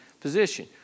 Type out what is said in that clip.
position